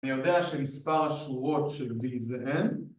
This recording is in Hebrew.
אני יודע שמספר השורות של B זה N?